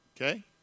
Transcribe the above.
okay